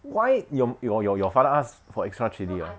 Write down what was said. why your your your your father ask for extra chili ah